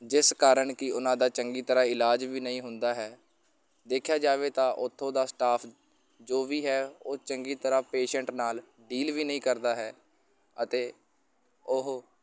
ਜਿਸ ਕਾਰਨ ਕਿ ਉਹਨਾਂ ਦਾ ਚੰਗੀ ਤਰ੍ਹਾਂ ਇਲਾਜ ਵੀ ਨਹੀਂ ਹੁੰਦਾ ਹੈ ਦੇਖਿਆ ਜਾਵੇ ਤਾਂ ਉੱਥੋਂ ਦਾ ਸਟਾਫ ਜੋ ਵੀ ਹੈ ਉਹ ਚੰਗੀ ਤਰ੍ਹਾਂ ਪੇਸ਼ੈਂਟ ਨਾਲ ਡੀਲ ਵੀ ਨਹੀਂ ਕਰਦਾ ਹੈ ਅਤੇ ਉਹ